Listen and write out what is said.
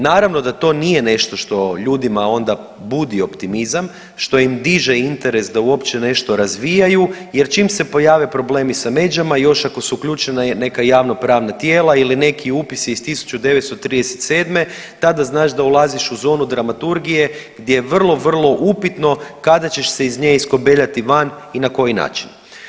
Naravno da to nije nešto što ljudima onda budi optimizam, što im diže interes da uopće nešto razvijaju jer čim se pojave problemi sa međama još ako su uključena neka javnopravna tijela ili neki upisi 1937. tada znaš da ulaziš u zonu dramaturgije gdje je vrlo, vrlo upitno kada ćeš se iz nje iskobeljati van i na koji način.